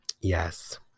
Yes